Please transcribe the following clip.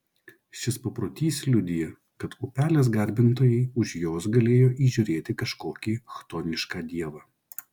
šis paprotys liudija kad upelės garbintojai už jos galėjo įžiūrėti kažkokį chtonišką dievą